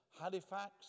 Halifax